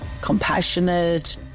compassionate